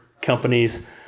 companies